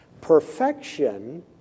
Perfection